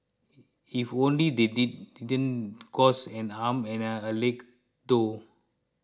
if only they didn't cost and arm and a leg though